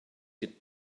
get